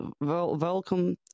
welcome